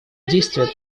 действия